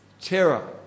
terror